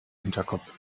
hinterkopf